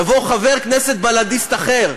יבוא חבר כנסת בל"דיסט אחר,